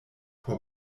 por